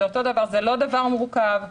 זה לא דבר מורכב,